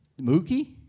Mookie